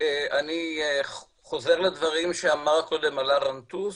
אני חוזר לדברים שאמר קודם עלא גנטוס,